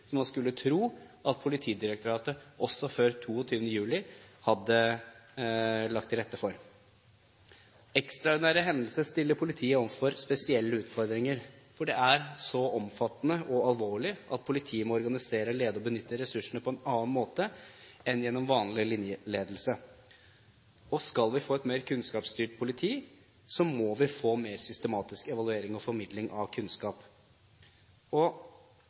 som man skulle tro at Politidirektoratet også før 22. juli hadde lagt til rette for. Ekstraordinære hendelser stiller politiet overfor spesielle utfordringer, for det er så omfattende og alvorlig at politiet må organisere, lede og benytte ressursene på en annen måte enn gjennom vanlig linjeledelse. Skal vi få et mer kunnskapsstyrt politi, må vi få mer systematisk evaluering og formidling av kunnskap.